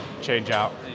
change-out